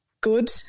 good